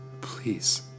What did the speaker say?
please